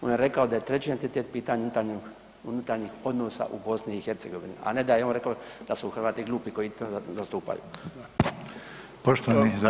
On je rekao da je treći entitet pitanje unutarnjih odnosa u BiH, a ne da je on rekao da su Hrvati glupi koji to zastupaju.